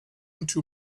into